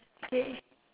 ya